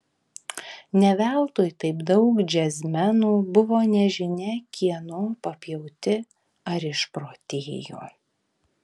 ne veltui taip daug džiazmenų buvo nežinia kieno papjauti ar išprotėjo